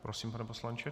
Prosím, pane poslanče.